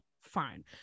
fine